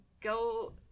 go